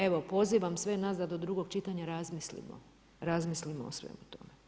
Evo pozivam sve nas da do drugog čitanja razmislimo o svemu tome.